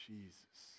Jesus